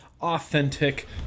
authentic